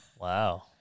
Wow